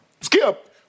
Skip